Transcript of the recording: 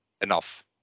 enough